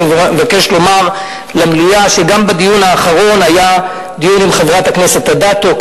אני מבקש לומר למליאה שבדיון האחרון היה גם דיון עם חברת הכנסת אדטו,